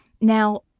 Now